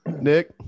Nick